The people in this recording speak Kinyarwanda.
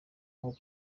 nko